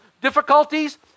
difficulties